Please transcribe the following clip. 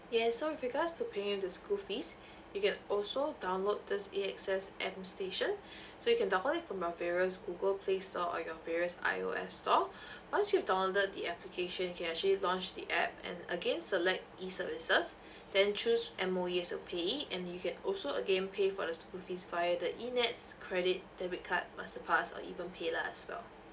yes so with regards to paying of the school fees you can also download this A_X_S M station so you can download it from a various google play store or your various I_O_S store once you've downloaded the application you can actually launch the app and again select E services then choose M_O_E as your payee and you can also again pay for the school fees via the ENETS credit debit card masterpass or even paylah as well